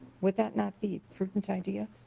would that not be prudent idea?